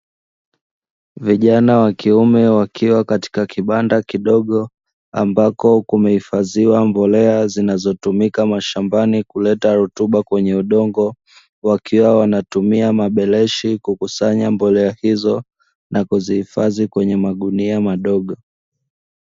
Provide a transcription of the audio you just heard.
Vijana wa kiume wakiwa katika kibanda kidogo, ambako kumehifadhiwa mbolea zinazotumika mashambani kuleta rutuba kwenye udongo, wakiwa wanatumia mabereshi kukusanya mbolea hizo na kuzihifadhi kwenye magunia madogo.